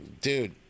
dude